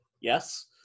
yes